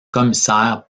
commissaire